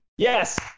Yes